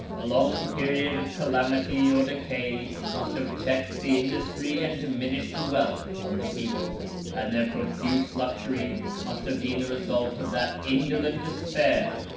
a long period of calamity or decay must have checked the industry, and diminished the wealth, of the people and their profuse luxury must have been the result of that indolent despair,